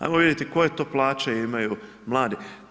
Ajmo vidjeti koje to plaće imaju mladi.